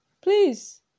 please